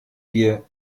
wir